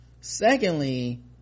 secondly